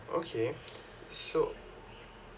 okay so